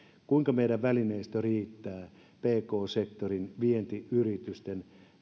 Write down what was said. kuinka meidän välineistömme riittää pk sektorin vientiyritysten